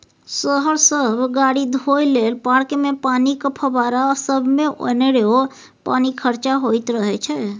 शहर सब गाड़ी धोए लेल, पार्कमे पानिक फब्बारा सबमे अनेरो पानि खरचा होइत रहय छै